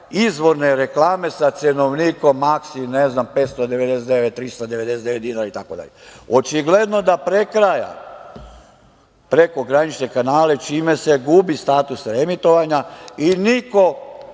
izvorne reklame sa cenovnikom „Maksi“, ne znam, 599, 399 dinara itd. Očigledno da prekraja prekogranične kanale, čime se gubi status reemitovanja i niko